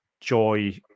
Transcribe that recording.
Joy